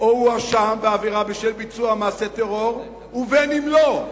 או הואשם בעבירה בשל ביצוע מעשה טרור ובין אם לא".